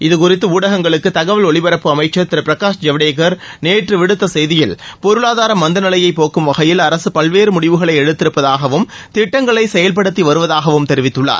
இதுகுறித்து ஊடகங்களுக்கு தகவல் ஒலிபரப்பு அமைச்சர் திரு பிரகாஷ் ஜவடேகர் நேற்று விடுத்த செய்தியில் பொருளாதார மந்த நிலையை போக்கும் வகையில் அரசு பல்வேறு முடிவுகளை எடுத்திருப்பதாகவும் திட்டங்களை செயல்படுத்தி வருவதாகவும் தெரிவித்துள்ளார்